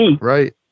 Right